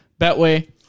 Betway